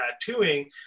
tattooing